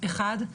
זה דבר ראשון.